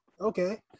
Okay